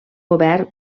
govern